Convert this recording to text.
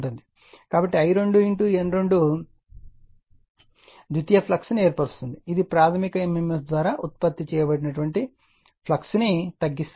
కాబట్టి I2 N2 ద్వితీయ flux ను ఏర్పరుస్తుంది ఇది ప్రాధమిక mmf ద్వారా ఉత్పత్తి చేయబడిన ఫ్లక్స్ను తగ్గిస్తుంది